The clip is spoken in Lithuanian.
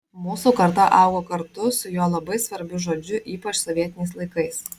mūsų karta augo kartu su jo labai svarbiu žodžiu ypač sovietiniais laikais